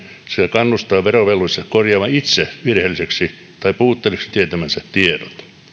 kannustaa verovelvollista korjaamaan itse virheellisiksi tai puutteellisiksi tietämänsä tiedot